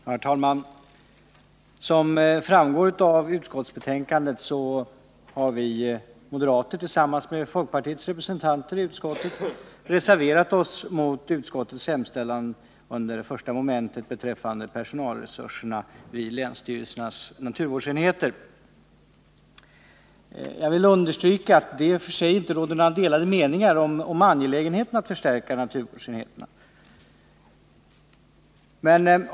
Herr talman! Som framgår av utskottsbetänkandet har vi moderater, tillsammans med folkpartiets representanter i utskottet, reserverat oss mot utskottets hemställan i mom. 1 beträffande personalresurserna vid länsstyrelsernas naturvårdsenheter. Jag vill understryka att det i och för sig inte råder några delade meningar om angelägenheten av att förstärka naturvårdsenheterna.